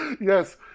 Yes